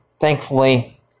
thankfully